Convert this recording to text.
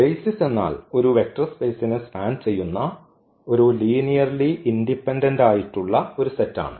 basis എന്നാൽ ഒരു vector സ്പേസിനെ സ്പാൻ ചെയ്യുന്ന ഒരു ലീനിയർലി ഇൻഡിപെൻഡന്റ് ആയിട്ടുള്ള ഒരു സെറ്റാണ്